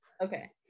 Okay